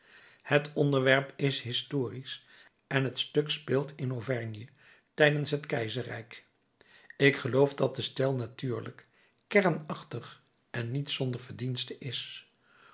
het onderwerp is historisch en het stuk speelt in auvergne tijdens het keizerrijk ik geloof dat de stijl natuurlijk kernachtig en niet zonder verdienste is